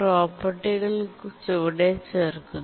പ്രോപ്പർട്ടികൾ ചുവടെ ചേർക്കുന്നു